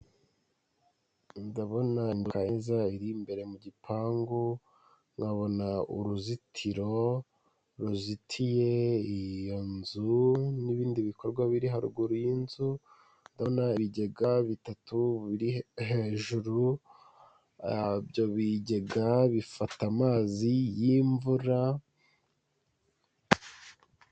Ndabona inzu iri imbere mu gipangu nkabona uruzitiro ruzitiye iyo nzu n'ibindi bikorwa biri haruguru y'inzu, ndabona ibigega bitatu biri hejuru, ibyo bigega bifata amazi y'imvura.